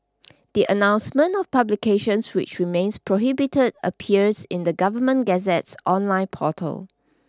the announcement of publications which remains prohibited appears in the Government Gazette's online portal